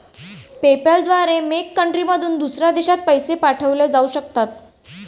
PayPal द्वारे मेक कंट्रीमधून दुसऱ्या देशात पैसे पाठवले जाऊ शकतात